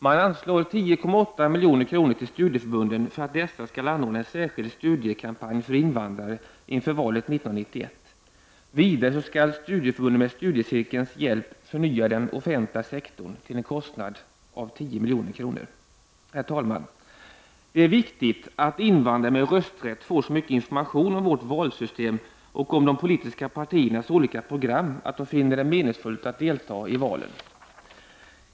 Man anslår 10,8 milj.kr. till studieförbunden för att dessa skall anordna en särskild studiekampanj för invandrare inför valet 1991. Vidare skall studieförbunden med studiecirkelns hjälp förnya den offentliga sektorn till en kostnad av 10 milj.kr. Herr talman! Det är viktigt att invandrare med rösträtt får så mycket information om vårt valsystem och om de politiska partiernas olika program att de finner det meningsfullt att delta i valen.